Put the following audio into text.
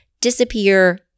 disappear